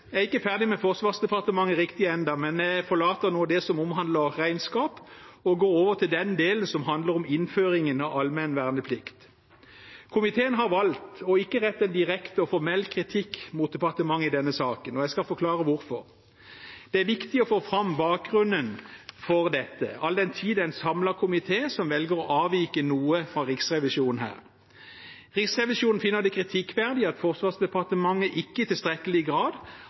Jeg er ikke ferdig med Forsvarsdepartementet riktig ennå, men jeg forlater nå det som omhandler regnskap, og går over til den delen som handler om innføringen av allmenn verneplikt. Komiteen har valgt ikke å rette en direkte og formell kritikk mot departementet i denne saken. Jeg skal forklare hvorfor. Det er viktig å få fram bakgrunnen for dette, all den tid det er en samlet komité som velger å avvike noe fra Riksrevisjonen her. Riksrevisjonen finner det kritikkverdig at Forsvarsdepartementet ikke i tilstrekkelig grad